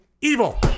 Evil